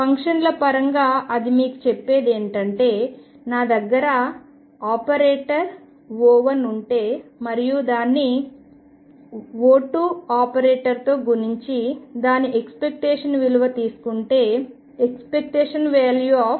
ఫంక్షన్ల పరంగా అది మీకు చెప్పేది ఏమిటంటే నా దగ్గర ఆపరేటర్ O1ఉంటే మరియు దాన్ని O2తో గుణించి దాని ఎక్స్పెక్టేషన్ విలువ తీసుకుంటే ⟨O1